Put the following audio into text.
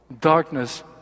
darkness